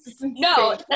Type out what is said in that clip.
No